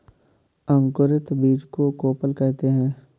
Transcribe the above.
अंकुरित बीज को कोपल कहते हैं